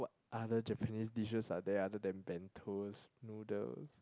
other Japanese dishes are there other than Bentos noodles